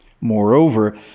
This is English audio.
Moreover